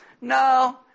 no